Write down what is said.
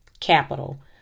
Capital